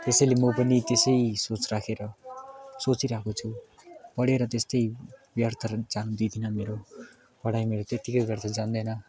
त्सैले म पनि त्यसै सोच राखेर सोचिरहेको छु पढेर त्यस्तै व्यर्थ र जानु दिँदिनँ मेरो पढाइ मेरो त्यत्तिकै व्यर्थ जाँदैन